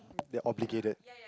you are obligated